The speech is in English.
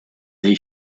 they